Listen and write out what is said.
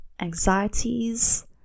anxieties